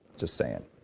just saying.